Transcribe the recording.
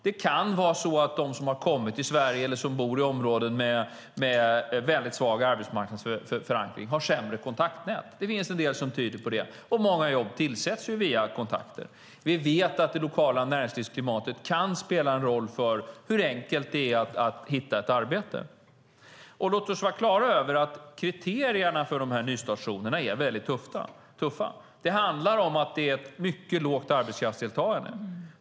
Det kan vara så att de som har kommit till Sverige eller bor i områden med väldigt svag arbetsmarknadsförankring har sämre kontaktnät. Det finns en del som tyder på det. Många jobb tillsätts ju via kontakter. Vi vet att det lokala näringslivsklimatet kan spela en roll för hur enkelt det är att hitta ett arbete. Låt oss vara klara över att kriterierna för de här nystartszonerna är mycket tuffa. Det handlar om att det är ett mycket lågt arbetskraftsdeltagande.